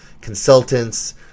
consultants